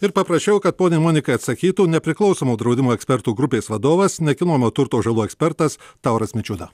ir paprašiau kad ponia monika atsakytų nepriklausomų draudimo ekspertų grupės vadovas nekilnojamo turto žalų ekspertas tauras mičiūda